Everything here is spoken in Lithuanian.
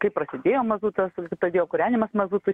kaip prasidėjo mazutas pradėjo kūrenimas mazutu